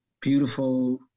beautiful